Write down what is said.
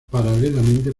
paralelamente